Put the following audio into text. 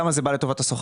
למה זה בא לטובת השוכרים?